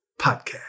Podcast